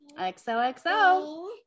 XOXO